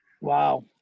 Wow